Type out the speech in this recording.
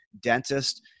dentist